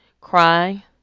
cry